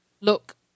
look